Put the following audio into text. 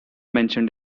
mentioned